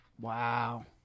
Wow